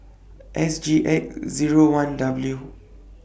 S G X Zero one W